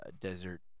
desert